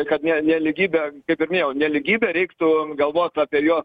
kad ne nelygybė kai ir minėjau nelygybė reiktų galvot apie jo